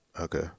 Okay